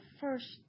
first